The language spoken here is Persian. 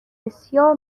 بسیار